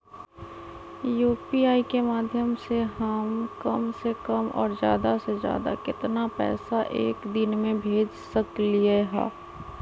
UPI के माध्यम से हम कम से कम और ज्यादा से ज्यादा केतना पैसा एक दिन में भेज सकलियै ह?